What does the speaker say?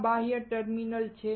આ બાહ્ય ટર્મિનલ છે